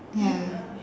ya